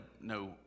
no